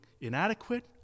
inadequate